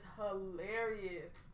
hilarious